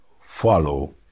follow